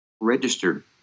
registered